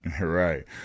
Right